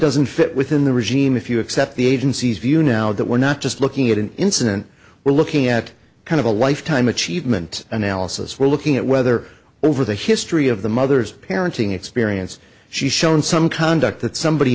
doesn't fit within the regime if you accept the agency's view now that we're not just looking at an incident we're looking at kind of a lifetime achievement analysis we're looking at whether or the history of the mother's parenting experience she's shown some conduct that somebody